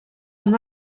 han